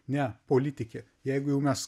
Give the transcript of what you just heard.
ne politikė jeigu jau mes